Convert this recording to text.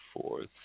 fourth